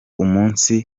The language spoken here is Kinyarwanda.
umunsi